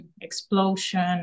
explosion